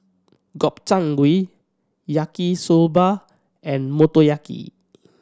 Gobchang Gui Yaki Soba and Motoyaki